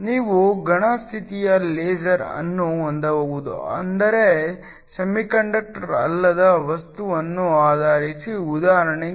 ನೀವು ಘನ ಸ್ಥಿತಿಯ ಲೇಸರ್ ಅನ್ನು ಹೊಂದಬಹುದು ಆದರೆ ಸೆಮಿಕಂಡಕ್ಟರ್ ಅಲ್ಲದ ವಸ್ತುವನ್ನು ಆಧರಿಸಿ ಉದಾಹರಣೆಗೆ